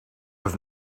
have